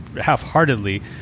half-heartedly